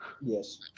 Yes